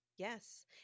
Yes